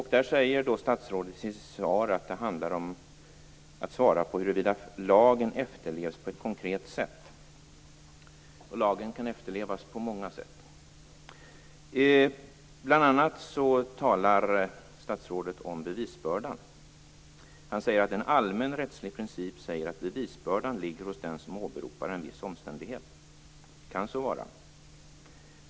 I sitt svar säger statsrådet att det handlar om att svara på huruvida lagen efterlevs på ett konkret sätt. Lagen kan efterlevas på många sätt. Statsrådet talar bl.a. om bevisbördan. Han säger att en allmän rättslig princip säger att bevisbördan ligger hos den som åberopar en viss omständighet. Det kan så vara.